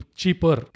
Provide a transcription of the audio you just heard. cheaper